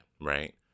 right